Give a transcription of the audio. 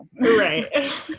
right